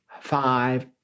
five